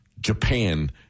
Japan